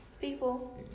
people